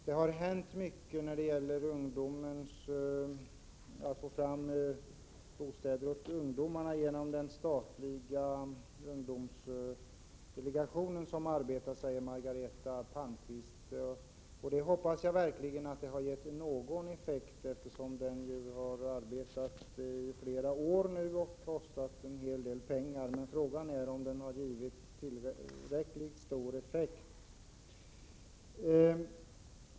Det har hänt mycket då det 11 ungdomsbostadsdelegationen, säger Margareta Palmqvist. Jag hoppas verkligen att den har gett någon effekt, eftersom den har arbetat i flera år nu och kostat en hel del pengar. Men frågan är om den givit tillräckligt stor effekt.